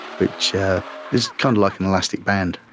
which ah is kind of like an elastic band,